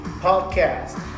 podcast